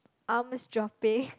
arms dropping